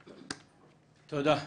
תודה.